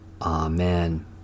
Amen